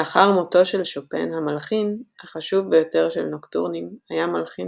לאחר מותו של שופן המלחין החשוב ביותר של נוקטורנים היה המלחין